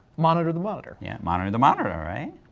monitor the monitor. yeah, monitor the monitor, right?